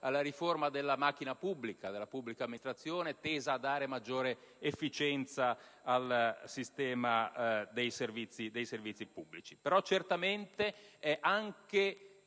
alla riforma della macchina pubblica e della pubblica amministrazione, tesa a dare maggiore efficienza al sistema dei servizi pubblici - però certamente anche